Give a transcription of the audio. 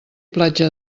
platja